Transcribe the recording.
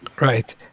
Right